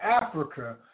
Africa